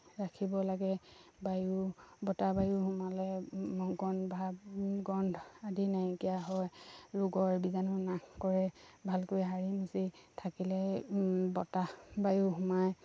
ৰাখিব লাগে বায়ু বতাহ বায়ু সোমালে গন্ধ গন্ধ আদি নাইকিয়া হয় ৰোগৰ বিজাণু নাশ কৰে ভালকৈ সাৰি মুচি থাকিলে বতাহ বায়ু সোমাই